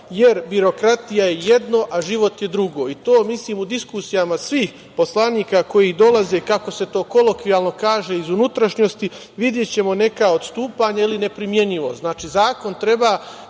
jer birokratija je jedno, a život je drugo. To mislim u diskusijama svih poslanika koji dolaze, kako se to kolokvijalno kaže, iz unutrašnjosti, videćemo neka odstupanja ili neprimenjivost. Znači, zakon treba